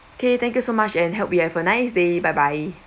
okay thank you so much and hope you have a nice day bye bye